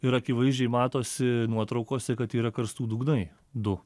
ir akivaizdžiai matosi nuotraukose kad yra karstų dugnai du